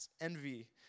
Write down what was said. envy